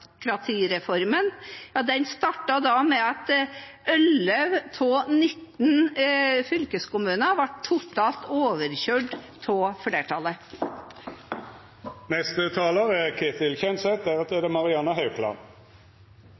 Den startet med at 11 av 19 fylkeskommuner ble totalt overkjørt av flertallet. Det er